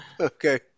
Okay